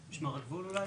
משמר הגבול אולי?